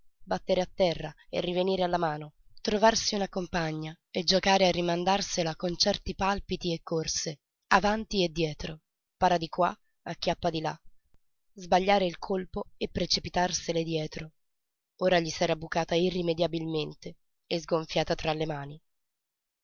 battere a terra e rivenire alla mano trovarsi una compagna e giocare a rimandarsela con certi palpiti e corse avanti e dietro para di qua acchiappa di là sbagliare il colpo e precipitarsele dietro ora gli s'era bucata irrimediabilmente e sgonfiata tra le mani